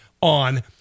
on